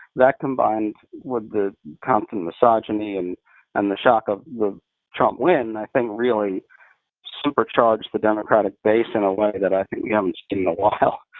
that, combined with the constant misogyny and and the shock of the trump win, i think really supercharged the democratic base in a way that i think we haven't seen in a while.